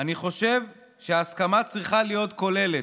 "אני חושב שההסכמה צריכה להיות כוללת".